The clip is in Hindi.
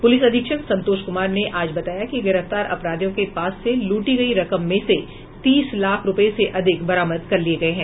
पुलिस अधीक्षक संतोष कुमार ने आज बताया कि गिरफ्तार अपराधियों के पास से लूटी गयी रकम में से तीस लाख रुपये से अधिक बरामद कर लिये गये हैं